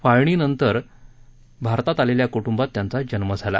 फाळणीनंतर भारतात आलेल्या कुटुंबात त्यांचा जन्म झाला